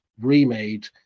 remade